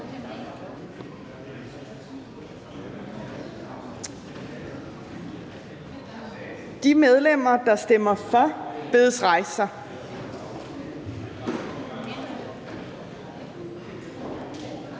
De medlemmer, der stemmer for, bedes rejse